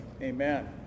Amen